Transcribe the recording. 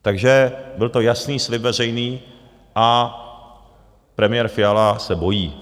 Takže byl to jasný veřejný slib a premiér Fiala se bojí.